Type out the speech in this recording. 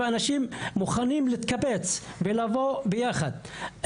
אנשים מוכנים להתקבץ ולבוא יחד.